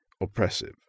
oppressive